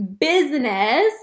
business